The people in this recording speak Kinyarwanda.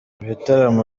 ibitaramo